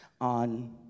on